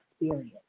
experience